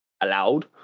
allowed